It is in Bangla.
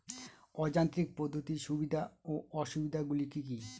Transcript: অযান্ত্রিক পদ্ধতির সুবিধা ও অসুবিধা গুলি কি কি?